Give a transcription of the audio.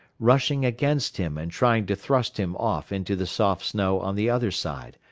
rushing against him and trying to thrust him off into the soft snow on the other side,